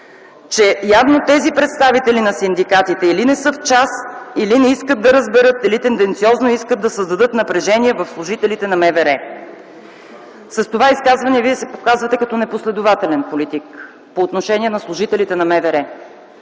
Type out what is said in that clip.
че явно представителите на синдикатите или не са в час, или не искат да разберат, или тенденциозно искат да създадат напрежение в служителите на МВР. С това изказване Вие се показвате като непоследователен политик по отношение на служителите на МВР.